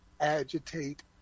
agitate